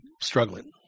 struggling